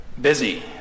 busy